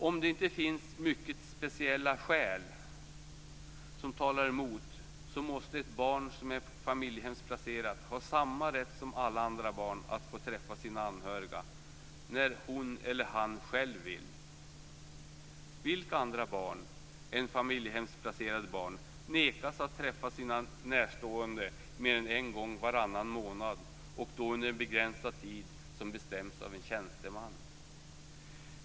Om det inte finns mycket speciella skäl som talar mot, måste ett barn som är familjehemsplacerat ha samma rätt som alla andra barn att få träffa sina anhöriga när hon eller han själv vill. Vilka andra barn än familjehemsplacerade barn nekas att träffa sina närstående mer än en gång varannan månad - och då under en begränsad tid som bestäms av en tjänsteman?